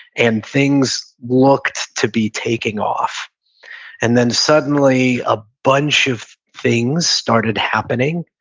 and things looked to be taking off and then suddenly, a bunch of things started happening,